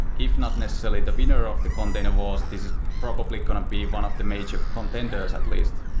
if not necessarily the winner of the container wars, this is probably going to be one of the major contenders at least.